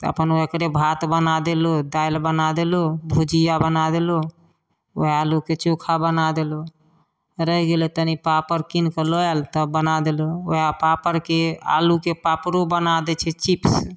तऽ अपन ओकरे भात बना देलहुॅं दालि बना देलहुॅं भुजिया बना देलहुॅं वएह आलूके चोखा बनाए देलहुॅं रहि गेलै तनी पापड़ कीन कऽ लऽ आयल तब बना देलहुॅं वएह पापड़के आलूके पापड़ो बना दै छियै चीप्स